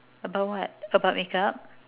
about what about makeup